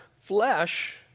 flesh